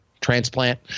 transplant